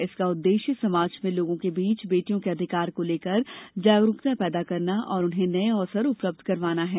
इसका उद्देश्य समाज में लोगों के बीच बेटियों के अधिकार को लेकर जागरुकता पैदा करना और उन्हें नए अवसर उपलब्ध करवाना है